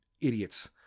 idiots